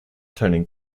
turning